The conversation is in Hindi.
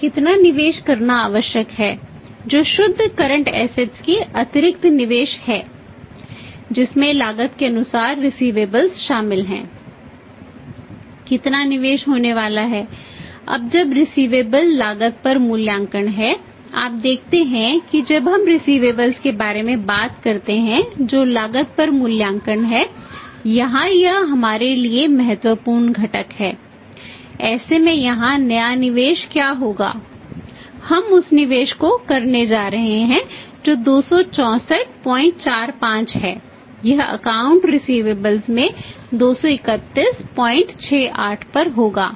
कितना निवेश होने वाला है अब जब रिसिवेबल्स में 23168 पर होगा